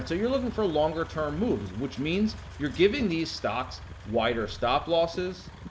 so you're looking for longer term moves. which means, you're giving these stocks wider stop-losses.